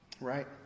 right